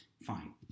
fine